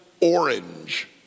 orange